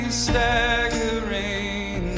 staggering